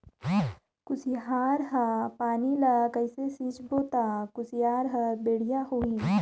कुसियार मा पानी ला कइसे सिंचबो ता कुसियार हर बेडिया होही?